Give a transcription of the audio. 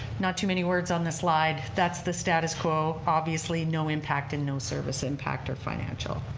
not too many words on this line. that's the status quo. obviously no impact and no service impact or financial.